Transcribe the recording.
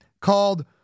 called